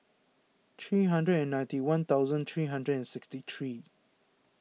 three hundred and ninety one thousand three hundred and sixty three